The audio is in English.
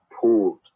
pulled